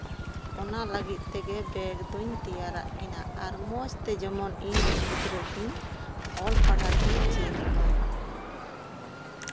ᱚᱱᱟ ᱞᱟᱹᱜᱤᱫ ᱛᱮᱜᱮ ᱵᱮᱜᱽ ᱫᱩᱧ ᱛᱮᱭᱟᱨᱟᱜ ᱠᱤᱱᱟ ᱟᱨ ᱢᱚᱡᱽᱛᱮ ᱡᱮᱢᱚᱱ ᱤᱧᱨᱮᱱ ᱜᱤᱫᱽᱨᱟᱹ ᱠᱤᱱ ᱚᱞ ᱯᱟᱲᱦᱟᱣ ᱠᱤᱱ ᱪᱮᱫ ᱢᱟ